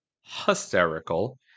hysterical